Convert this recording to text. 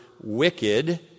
wicked